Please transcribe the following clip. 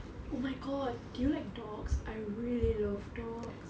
oh my god do you like dogs I really love